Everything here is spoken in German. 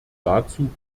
dazu